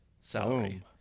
salary